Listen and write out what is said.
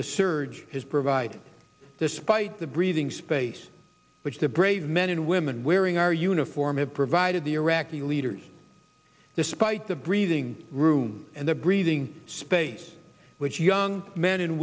has provided despite the breathing space which the brave men and women wearing our uniform have provided the iraqi leaders despite the breathing room and the breathing space which young men and